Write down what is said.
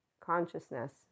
consciousness